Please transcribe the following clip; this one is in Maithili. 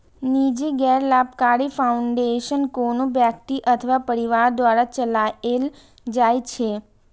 निजी गैर लाभकारी फाउंडेशन कोनो व्यक्ति अथवा परिवार द्वारा चलाएल जाइ छै